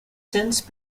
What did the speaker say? since